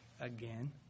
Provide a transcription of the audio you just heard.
again